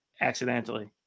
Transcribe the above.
accidentally